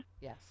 Yes